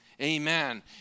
Amen